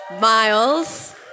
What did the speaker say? Miles